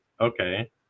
okay